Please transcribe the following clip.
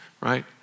right